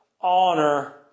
honor